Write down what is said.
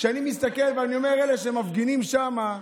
כשאני מסתכל ואומר, אלה שמפגינים שם,